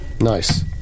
Nice